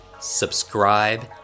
subscribe